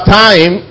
time